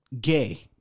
gay